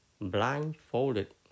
blindfolded